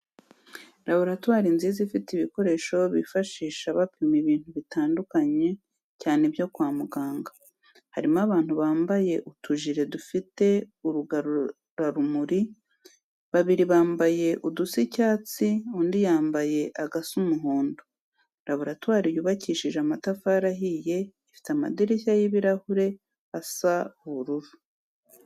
Laboratwari nziza ifite ibikoresho bifashisha bapima ibintu bitandukanye cyane ibyo kwa muganga, harimo abantu bambaye utujire dufite urugarura rumuri, babiri bambaye udusa icyatsi, undi yambaye agasa umuhondo. Laboratwari yubakishije amatafari ahiye, ifite amadirishya y'ibirahure asa ubururu.